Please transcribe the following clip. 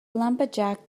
lumberjack